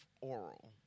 oral